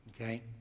Okay